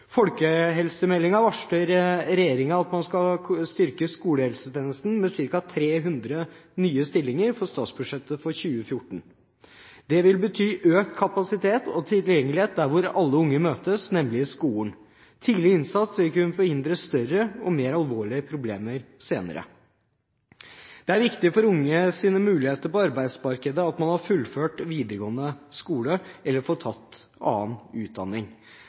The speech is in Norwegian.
varsler regjeringen at man skal styrke skolehelsetjenesten med ca. 300 nye stillinger for statsbudsjettet for 2014. Det vil bety økt kapasitet og tilgjengelighet der hvor alle unge møtes, nemlig i skolen. Tidlig innsats vil kunne forhindre større og mer alvorlige problemer senere. Det er viktig for unges muligheter på arbeidsmarkedet at man har fullført videregående skole eller får tatt annen utdanning.